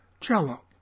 Cello